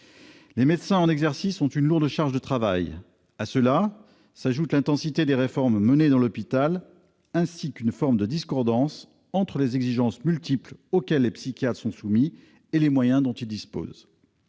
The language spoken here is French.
Les médecins en exercice ont une lourde charge de travail ; à cette charge s'ajoutent l'intensité des réformes menées dans l'hôpital et une forme de discordance entre les exigences multiples auxquelles les psychiatres sont soumis et les moyens dont ils disposent.